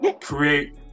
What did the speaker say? Create